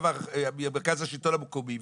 ממרכז השלטון המקומי,